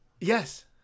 Yes